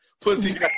pussy